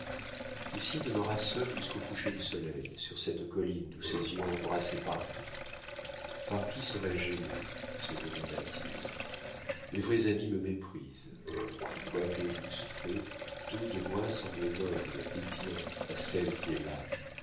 ans lucien demeura seul jusqu'au coucher du soleil sur cette colline d'où ses yeux embrassaient paris par qui serais-je aimé se demanda-t-il mes vrais amis me méprisent quoi que j'eusse fait tout de moi semblait noble et bien à celle qui est là